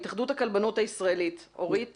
התאחדות הכלבנות הישראלית, אורית